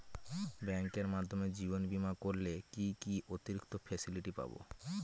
ব্যাংকের মাধ্যমে জীবন বীমা করলে কি কি অতিরিক্ত ফেসিলিটি পাব?